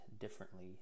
differently